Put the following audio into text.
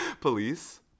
police